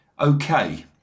okay